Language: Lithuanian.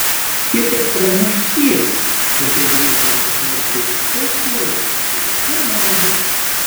ji tik pramuš skylę ir kai grįždamas marčius įsės plaukti išsimaudys